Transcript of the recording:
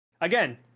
again